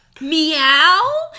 Meow